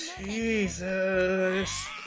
Jesus